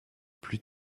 plus